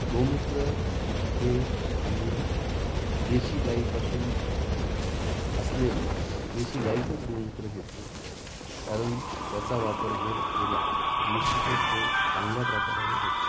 गोमूत्र हे आम्ही देशी गाईपासून असलेलं देशी गाईचंच गोमूत्र घेतो कारण त्याचा वापर जर केला तर निश्चितच तो चांगल्या प्रकाराने होतो